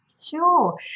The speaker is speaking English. Sure